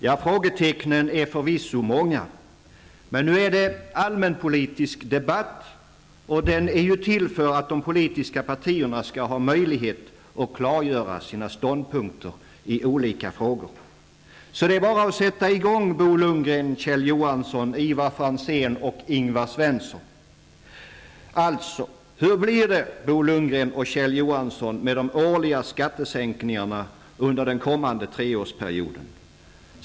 Ja, frågetecknen är förvisso många, men nu är det allmänpolitisk debatt, och den är ju till för att de politiska partierna skall ha möjlighet att klargöra sina ståndpunkter i olika frågor. Det är bara att sätta i gång, Bo Lundgren, Kjell Johansson, Ivar Alltså: Hur blir det, Bo Lundgren och Kjell Johansson, med de årliga skattesänkningarna under den kommande treårsperioden?